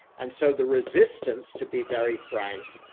and so, the resistance, to be very frank,